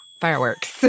Fireworks